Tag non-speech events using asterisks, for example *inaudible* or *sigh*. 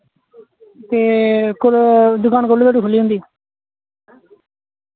ते *unintelligible* दकान कैह्लूं धोड़ी खुह्ल्ली होंदी